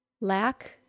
Lack